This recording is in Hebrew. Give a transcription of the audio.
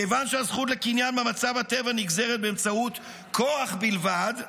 מכיוון שהזכות לקניין במצב הטבע נגזרת באמצעות כוח בלבד,